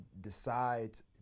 decides